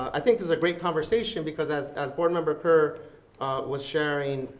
i think this is a great conversation because as as board member kerr was sharing